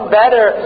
better